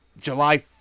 July